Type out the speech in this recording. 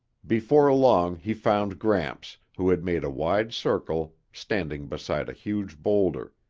before long he found gramps, who had made a wide circle, standing beside a huge boulder.